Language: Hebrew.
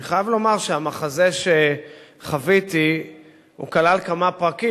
ואני חייב לומר שהמחזה שחוויתי כלל כמה פרקים.